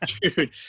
Dude